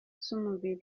z’umubiri